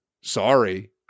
sorry